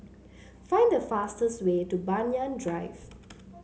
find the fastest way to Banyan Drive